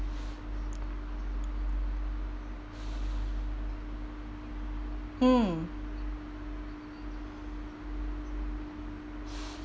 mm